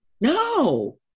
No